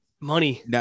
Money